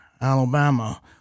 Alabama